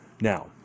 Now